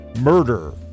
Murder